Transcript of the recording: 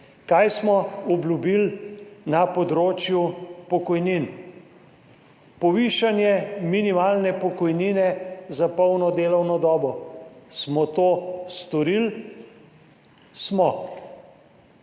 Kaj smo obljubili na področju pokojnin? Povišanje minimalne pokojnine za polno delovno dobo. Smo to storili? Smo.